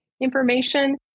information